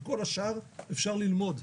בכל השאר אפשר ללמוד,